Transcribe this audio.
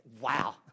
wow